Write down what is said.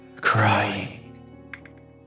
Crying